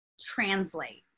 translate